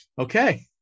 Okay